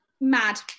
Mad